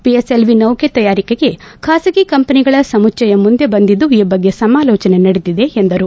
ಪಿಎಸ್ಎಲ್ಎ ನೌಕೆ ತಯಾರಿಕೆಗೆ ಬಾಸಗಿ ಕಂಪನಿಗಳ ಸಮುಚ್ಯಯ ಮುಂದೆ ಬಂದಿದ್ದು ಈ ಬಗ್ಗೆ ಸಮಾಲೋಚನೆ ನಡೆದಿದೆ ಎಂದರು